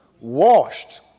washed